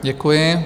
Děkuji.